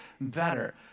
better